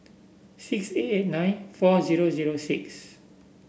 six eight eight nine four zero zero six